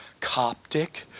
Coptic